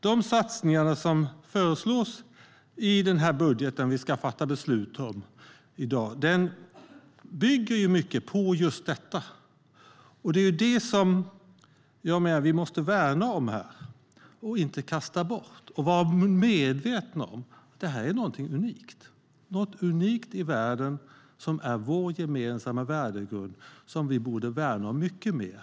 De satsningar som föreslås på det budgetområde vi ska fatta beslut om i dag bygger mycket på just det som jag menar att vi måste värna om och inte kasta bort. Vi måste vara medvetna om att detta är något unikt i världen. Det är vår gemensamma värdegrund, och den borde vi värna om mycket mer.